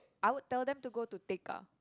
I would tell them to go to Tekka